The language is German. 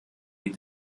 die